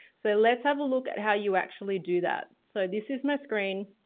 so let's have a look at how you actually do that. so this is my screen.